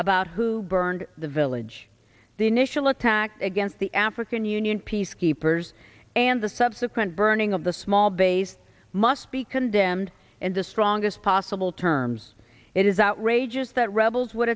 about who burned the village the initial attack against the african union peacekeepers and the subsequent burning of the small base must be condemned in the strongest possible terms it is outrageous that rebels would